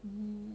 mm